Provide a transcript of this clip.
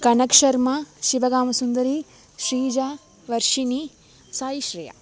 Kanakasharma Shivagav Sundari Shrija Varshini Sayishreya